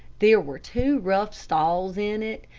there were two rough stalls in it,